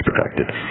protected